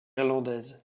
irlandaise